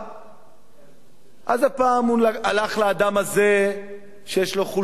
אז הפעם הוא הלך לאדם הזה שיש לו חולשה כנראה להיות שר.